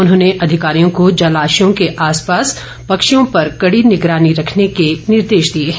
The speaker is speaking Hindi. उन्होंने अधिकारियों को जलाशयों के आसपास पक्षियों पर कड़ी निगरानी रखने के निर्देश दिए हैं